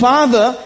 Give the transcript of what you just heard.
Father